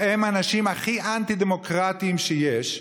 והם האנשים הכי אנטי-דמוקרטיים שיש,